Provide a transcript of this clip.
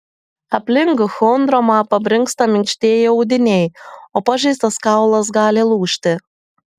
aplink chondromą pabrinksta minkštieji audiniai o pažeistas kaulas gali lūžti